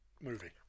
movie